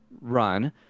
run